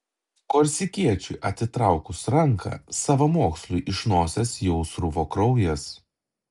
korsikiečiui atitraukus ranką savamoksliui iš nosies jau sruvo kraujas